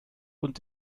und